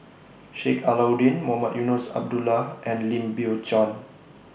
Sheik Alau'ddin Mohamed Eunos Abdullah and Lim Biow Chuan